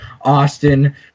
Austin